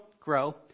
grow